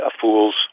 fool's